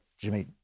Jimmy